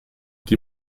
die